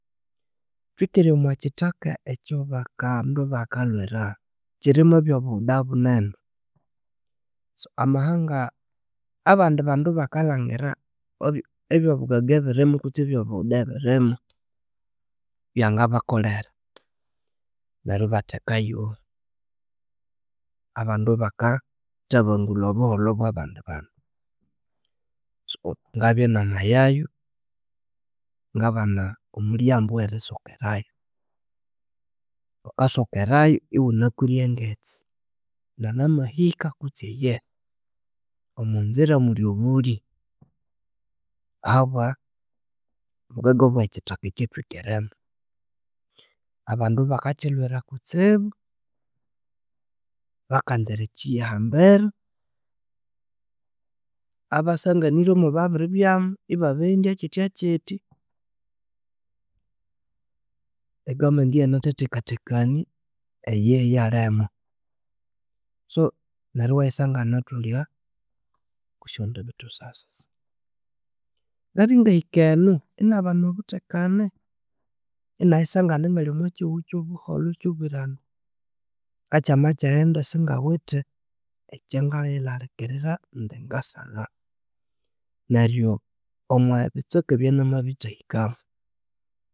Thwikere omwa kithaka ekyo bandu bakalhwira kiri mwebyo buwunda bunene, so amahanga abandi bandu bakalhangira ebyobugaga bulhimo kutsi ebyo buwunda bulhimo, byangabakolhera neryo yibathekayo abandu abakathabangulha obuholho bwa bandi bandu so ngabya namayayo ngabana omulyambu owerisokerayo, wukasokerayo yiwunakwire engitsi nganamahika kutsi eyehe omwazira mulhi obulhi ahabwa bungaga bwekithaka kyathwikeremo abandu bakakyilhwira kutsibu bakaza eriyakihambira abasanganiryamu babiribyamu yibabendya kyityakyitya Egovernment yinathethekania ayihi yilhemwa so neryo yiwayisangana thulya okwasyandibithosisa sisa ngabya ngahika eno yinabana obuthekane yingayisangna yingali omwa kihugho kyobuholho, kyobwiranda, ngakyama kya- enda singawithe ekya ngayilhalikirira indi ngasagha neryo omwa bitsweka ebyanamabithahikamu